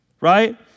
right